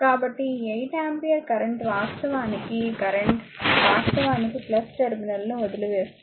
కాబట్టి ఈ 8 ampere current వాస్తవానికి ఈ కరెంట్ వాస్తవానికి టెర్మినల్ ను వదిలి వేస్తుంది